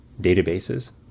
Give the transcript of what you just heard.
databases